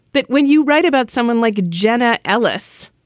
but when you write about someone like jenna ellis,